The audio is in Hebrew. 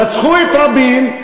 רצחו את רבין,